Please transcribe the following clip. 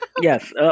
Yes